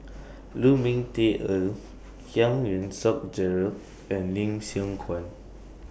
Lu Ming Teh Earl Giam Yean Song Gerald and Lim Siong Guan